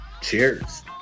Cheers